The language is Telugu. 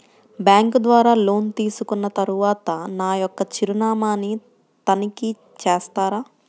బ్యాంకు ద్వారా లోన్ తీసుకున్న తరువాత నా యొక్క చిరునామాని తనిఖీ చేస్తారా?